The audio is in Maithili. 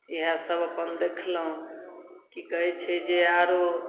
इएहसब अपन देखलहुँ कि कहै छै जे आओर